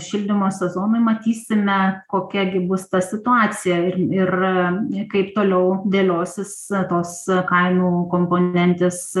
šildymo sezonui matysime kokia gi bus ta situacija ir ir kaip toliau dėliosis tos kainų komponentės